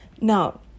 Now